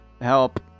Help